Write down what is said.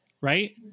right